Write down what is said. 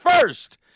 first